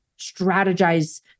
strategize